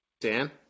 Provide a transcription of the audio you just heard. Dan